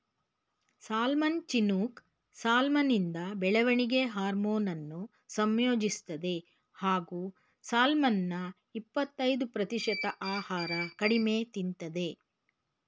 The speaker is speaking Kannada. ಸಾಲ್ಮನ್ ಚಿನೂಕ್ ಸಾಲ್ಮನಿಂದ ಬೆಳವಣಿಗೆ ಹಾರ್ಮೋನನ್ನು ಸಂಯೋಜಿಸ್ತದೆ ಹಾಗೂ ಸಾಲ್ಮನ್ನ ಇಪ್ಪತಯ್ದು ಪ್ರತಿಶತ ಆಹಾರ ಕಡಿಮೆ ತಿಂತದೆ